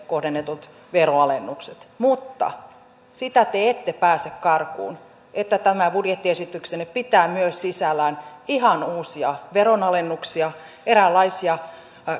kohdennetut veronalennukset mutta sitä te ette pääse karkuun että tämä budjettiesityksenne pitää myös sisällään ihan uusia veronalennuksia eräänlaisia